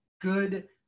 good